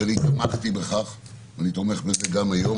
שאני תמכתי בכך ואני תומך בזה גם היום.